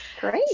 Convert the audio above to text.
Great